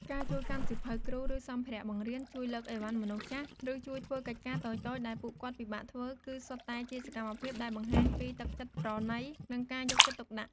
ការជួយកាន់សៀវភៅគ្រូ ឬសម្ភារៈបង្រៀន ជួយលើកអីវ៉ាន់មនុស្សចាស់ ឬជួយធ្វើកិច្ចការតូចៗដែលពួកគាត់ពិបាកធ្វើ គឺសុទ្ធតែជាសកម្មភាពដែលបង្ហាញពីទឹកចិត្តប្រណី និងការយកចិត្តទុកដាក់។